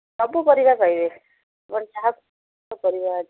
ସବୁ ପରିବା ପାଇବେ ଯାହା ପରିବା ଅଛି